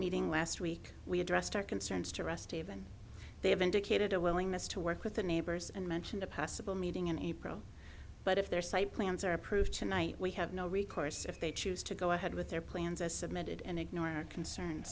meeting last week we addressed our concerns to rest even they have indicated a willingness to work with the neighbors and mentioned a possible meeting in april but if their site plans are approved tonight we have no recourse if they choose to go ahead with their plans as submitted and ignore our concern